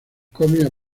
cómics